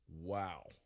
Wow